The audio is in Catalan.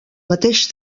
mateix